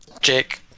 Jake